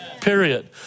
period